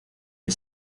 que